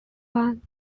one